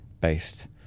based